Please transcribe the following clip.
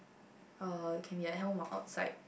uh can be a hell mah outside